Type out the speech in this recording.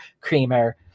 creamer